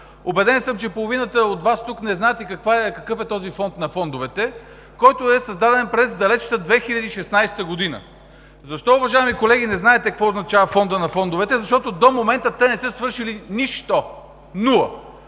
Убеден съм, че половината от Вас тук не знаят какъв е този фонд на фондовете, който е създаден през далечната 2016 г. Защо, уважаеми колеги, не знаете какво означава фондът на фондовете? Защото до момента те не са свършили нищо. Нула!